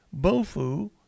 bofu